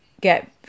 get